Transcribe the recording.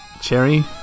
Cherry